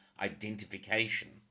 identification